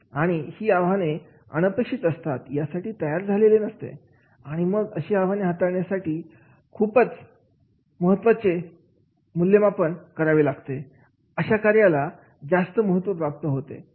आणि ही आव्हाने अनपेक्षित असतात यासाठी तयारी झालेली नसते आणि मग अशी आव्हाने हाताळण्यासाठी खूपच चपाती चे कार्याचे मूल्यमापन करावे लागते आणि अशा कार्याला जास्त महत्त्व प्राप्त होते